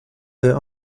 there